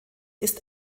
ist